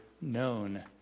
known